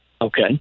okay